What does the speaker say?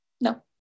No